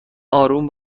آرام